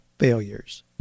failures